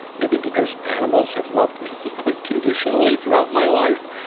maybe because animals have loved me unconditionally throughout my life,